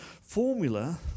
formula